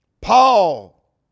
Paul